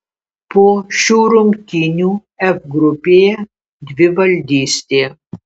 po šių rungtynių f grupėje dvivaldystė